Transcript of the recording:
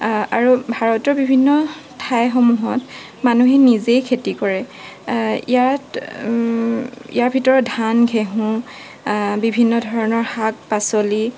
আৰু ভাৰতৰ বিভিন্ন ঠাইসমূহত মানুহে নিজেই খেতি কৰে ইয়াত ইয়াৰ ভিতৰত ধান ঘেঁহু বিভিন্ন ধৰণৰ শাক পাচলি